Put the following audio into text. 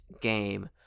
game